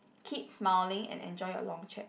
keep smiling and enjoy your long chat